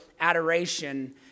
adoration